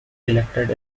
elected